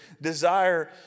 desire